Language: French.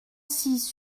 six